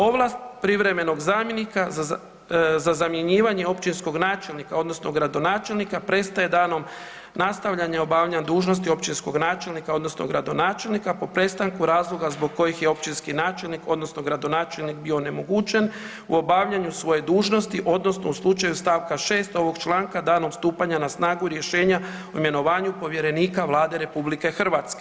Ovlast privremenog zamjenika za zamjenjivanje općinskog načelnika odnosno gradonačelnika prestaje danom nastavljanja obavljanja dužnosti općinskog načelnika odnosno gradonačelnika po prestanku razloga zbog kojih je općinski načelnik odnosno gradonačelnik bio onemogućen u obavljanju svoje dužnosti odnosno u slučaju iz stavka 6. ovog članka danom stupanja na snagu rješenja o imenovanju povjerenika Vlade RH.